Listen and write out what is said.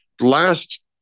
last